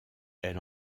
elle